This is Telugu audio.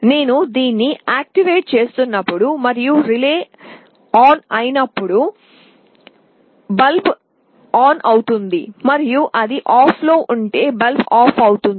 నేను దీన్ని యాక్టివేట్ చేస్తున్నప్పుడు మరియు రిలే ఆన్ అయినప్పుడు బల్బ్ ఆన్ అవుతుంది మరియు అది ఆఫ్లో ఉంటే బల్బ్ ఆఫ్ అవుతుంది